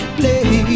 play